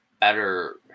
better